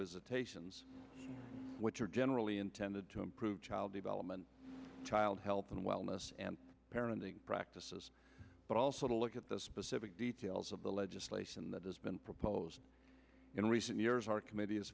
visitations which are generally intended to improve child development child health and wellness and parenting practices but also to look at the specific details of the legislation that has been proposed in recent years our committee is